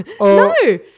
No